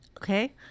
Okay